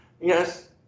Yes